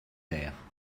terre